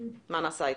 מה נעשה אתו.